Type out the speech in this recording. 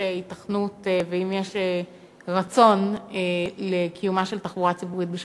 היתכנות ואם יש רצון לקיומה של תחבורה ציבורית בשבת.